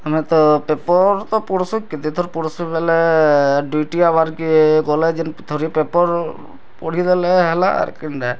ଆମେ ତ ପେପର୍ ତ ପଢ଼ୁସୁ କେତେ୍ ଥର୍ ପଢ଼ୁସୁ ବୋଲେ ଦୁଇଟି ଆବାର୍ କେ ଗଲେ ଯେନ୍ ଥରେ ପେପର୍ ପଢ଼ି ଦେଲେ ହେଲା ଆର୍ କିନ୍ ଟା